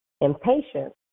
impatient